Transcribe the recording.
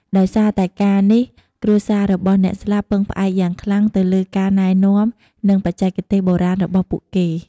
ដោយសារតែការនេះ គ្រួសាររបស់អ្នកស្លាប់ពឹងផ្អែកយ៉ាងខ្លាំងទៅលើការណែនាំនិងបច្ចេកទេសបុរាណរបស់ពួកគេ។